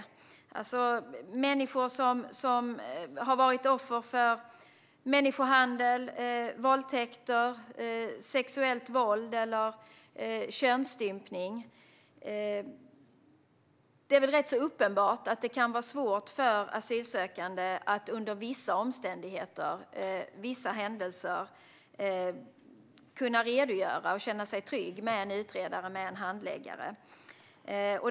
Det kan röra sig om människor som har varit offer för människohandel, våldtäkter, sexuellt våld eller könsstympning. Det är väl rätt uppenbart att det kan vara svårt för en asylsökande att under vissa omständigheter redogöra för vissa händelser och känna sig trygg med en utredare eller handläggare.